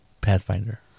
Pathfinder